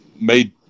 made